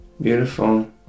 Beautiful